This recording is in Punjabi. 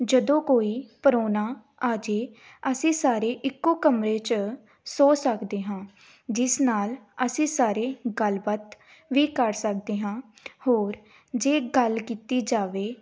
ਜਦੋਂ ਕੋਈ ਪ੍ਰਾਹੁਣਾ ਆ ਜਾਵੇ ਅਸੀਂ ਸਾਰੇ ਇੱਕੋ ਕਮਰੇ 'ਚ ਸੌਂ ਸਕਦੇ ਹਾਂ ਜਿਸ ਨਾਲ ਅਸੀਂ ਸਾਰੇ ਗੱਲਬਾਤ ਵੀ ਕਰ ਸਕਦੇ ਹਾਂ ਹੋਰ ਜੇ ਗੱਲ ਕੀਤੀ ਜਾਵੇ